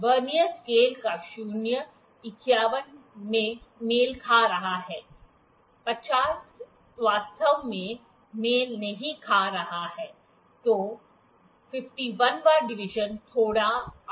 vernier scale का 0 51 से मेल खा रहा है 50 वास्तव में मेल नहीं खा रहा है तो 51 वां डिवीजन थोड़ा आगे है